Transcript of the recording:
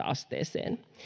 asteeseen